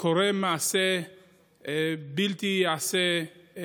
קורה מעשה שלא ייעשה.